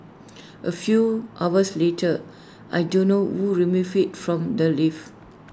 A few hours later I don't know who removed IT from the lift